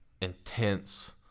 intense